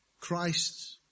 Christ